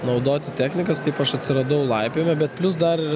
naudoti technikas taip aš atsiradau laipiojime bet plius dar